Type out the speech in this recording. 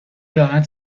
راحت